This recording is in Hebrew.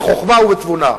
בחוכמה ובתבונה.